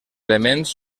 elements